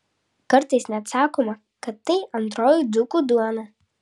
kartais net sakoma kad tai antroji dzūkų duona